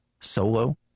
Solo